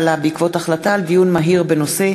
דוד אזולאי וניצן הורוביץ,